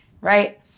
Right